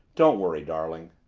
don't worry, darling.